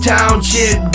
Township